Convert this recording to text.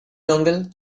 dongle